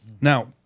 Now